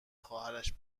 خواهرش